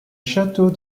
château